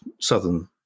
southern